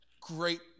great